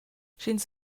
sch’ins